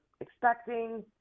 expecting